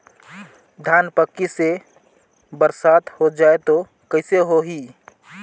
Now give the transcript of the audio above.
धान पक्की से बरसात हो जाय तो कइसे हो ही?